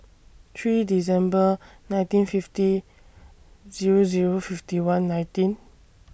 three December nineteen fifty Zero Zero fifty one nineteen